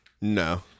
No